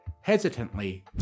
Hesitantly